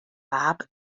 app